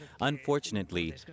Unfortunately